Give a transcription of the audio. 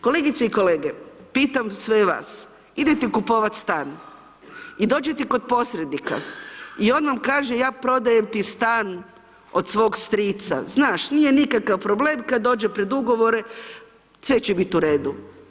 Kolegice i kolege, pitam sve vas, idete kupovat stan i dođete kod posrednika i on vam kažem ja prodajem ti stan od svog strica, znaš, nije nikakav problem, kad dođe pred ugovore, sve će biti u redu.